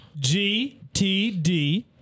GTD